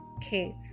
cave